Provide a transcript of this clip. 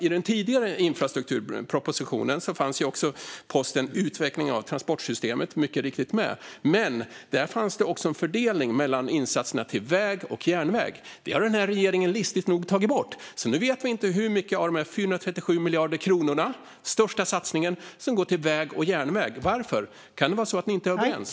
I den tidigare infrastrukturpropositionen fanns posten utveckling av transportsystemet mycket riktigt med, men då fanns också en fördelning mellan insatserna till väg och järnväg. Det har den här regeringen listigt nog tagit bort, så nu vet vi inte hur mycket av de här 437 miljarder kronorna - den största satsningen - som går till väg respektive järnväg. Varför? Kan det vara så att ni inte är överens?